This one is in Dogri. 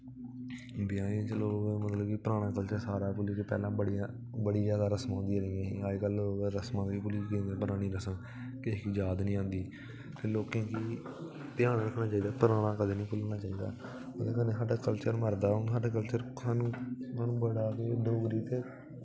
ब्याहें च चलो मतलब पराना कल्चर सारा भुल्ली गै पैह्लें बड़ियां जादा रस्मां होंदियां हियां अज्जकल रस्मां बी भुल्ली गे परानियां रस्मां कुसै गी याद निं आंदी ते लोकें गी ध्यान रक्खना चाहिदा कदें निं भुल्लना चाहि्दा एह्दे नै कल्चर मरदा ते स्हानू बड़ा डोगरी गी इक्क